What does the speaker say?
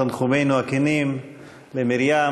תנחומינו הכנים למרים,